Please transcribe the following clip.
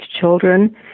children